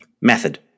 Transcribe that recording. Method